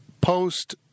post